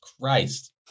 Christ